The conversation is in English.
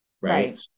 right